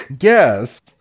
Yes